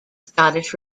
scottish